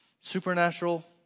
supernatural